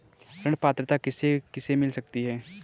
ऋण पात्रता किसे किसे मिल सकती है?